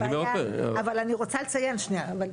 אבל אני אומר עוד פעם --- שרת ההתיישבות והמשימות